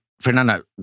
Fernanda